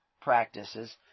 practices